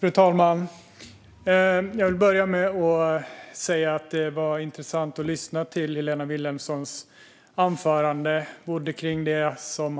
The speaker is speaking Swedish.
Fru talman! Jag vill börja med att säga att det var intressant att lyssna till Helena Vilhelmssons anförande om